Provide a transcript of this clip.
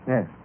Yes